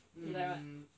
like what